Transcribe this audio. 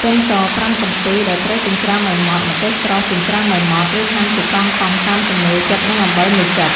ខ្ទឹមស ៥ កំពឹស ដែលត្រូវចិញ្ច្រាំឱ្យម៉ដ្ឋ ម្ទេសស្រស់ ចិញ្ច្រាំឱ្យម៉ដ្ឋ ឬហាន់ជាកង់ៗ តាមចំណូលចិត្ត និង អំបិល ១ចិប ។